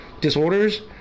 disorders